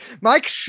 Mike